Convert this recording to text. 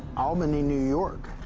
albany, new york.